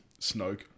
Snoke